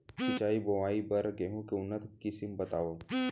सिंचित बोआई बर गेहूँ के उन्नत किसिम बतावव?